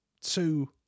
two